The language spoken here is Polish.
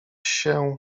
się